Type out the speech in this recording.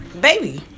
baby